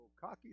cocky